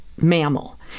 mammal